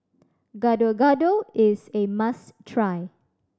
Gado Gado is a must try